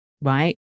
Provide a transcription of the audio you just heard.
right